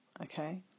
Okay